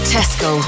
Tesco